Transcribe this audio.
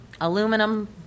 aluminum